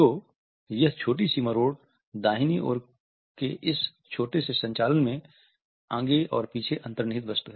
तो यह छोटी सी मरोड़ दाहिनी ओर के इस छोटे से संचालन में आगे और पीछे अन्तर्निहित वस्तु है